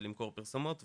למכור פרסומות וכדומה.